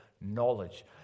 knowledge